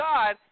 God